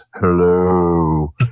Hello